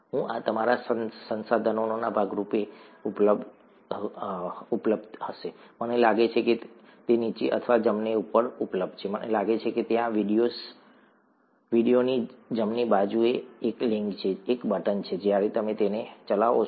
હું આ તમારા સંસાધનોના ભાગ રૂપે ઉપલબ્ધ હશે મને લાગે છે કે તે નીચે અથવા જમણે ઉપર ઉપલબ્ધ છે મને લાગે છે કે ત્યાં વિડિઓની જમણી બાજુએ એક લિંક છે એક બટન છે જ્યારે તમે તેને ચલાવો છો